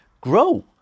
grow